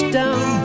down